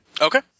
Okay